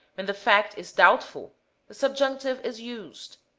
when the fact is doubtful the subjunctive is used,